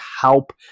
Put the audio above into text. help